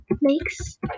makes